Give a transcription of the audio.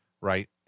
right